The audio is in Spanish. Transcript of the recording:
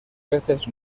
veces